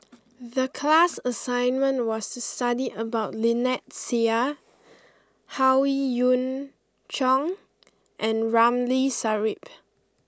the class assignment was to study about Lynnette Seah Howe Yoon Chong and Ramli Sarip